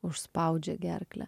užspaudžia gerklę